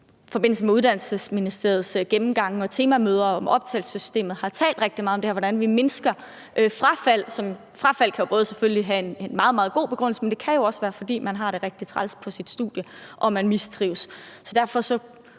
i forbindelse med Uddannelsesministeriets gennemgange og temamøder om optagelsessystemet har talt rigtig meget om, hvordan vi mindsker frafald. Frafald kan selvfølgelig både have en meget, meget god begrundelse, men det kan også være, fordi man har det rigtig træls på sit studie og man mistrives. Så derfor kunne